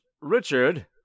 Richard